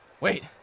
Wait